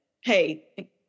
hey